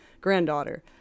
granddaughter